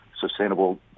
Sustainable